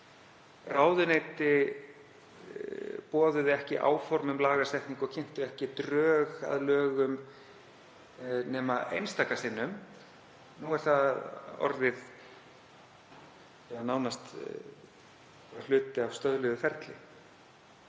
Ráðuneyti boðuðu ekki áform um lagasetningu og kynntu ekki drög að lögum nema einstaka sinnum. Nú er það orðið nánast hluti af stöðluðu ferli.